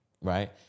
right